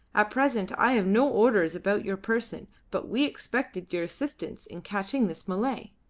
at present i have no orders about your person, but we expected your assistance in catching this malay.